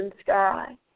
sky